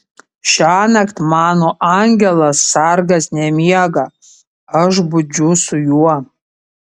šiąnakt mano angelas sargas nemiega aš budžiu su juo